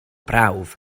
prawf